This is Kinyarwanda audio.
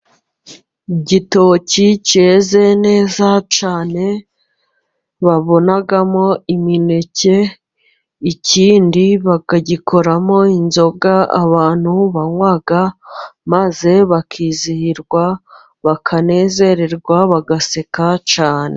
Igitoki cyeze neza cyane babonamo imineke, ikindi bakagikoramo inzoga abantu banywa maze bakizihirwa, bakanezererwa, bagaseka cyane.